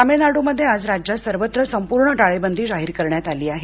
तमिळनाडूमध्ये आज राज्यात सर्वत्र संपूर्ण टाळेबंदी जाहीर करण्यात आली आहे